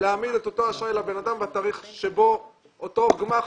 להעמיד את אותו אשראי לבן אדם בתאריך שבו אותו גמ"ח